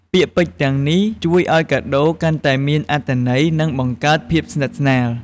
ពាក្យពេចន៍ទាំងនេះជួយឱ្យកាដូរកាន់តែមានអត្ថន័យ និងបង្កើតភាពស្និទ្ធស្នាល។